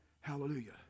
Hallelujah